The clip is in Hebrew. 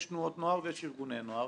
יש תנועות נוער ויש ארגוני נוער.